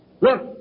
Look